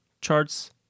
charts